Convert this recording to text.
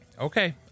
Okay